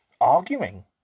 arguing